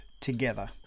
together